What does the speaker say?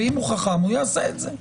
ואם הוא חכם יעשה את זה.